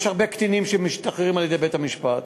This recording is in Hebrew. יש הרבה קטינים שמשתחררים על-ידי בית-המשפט.